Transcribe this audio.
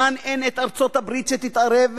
כאן אין ארצות-הברית שתתערב,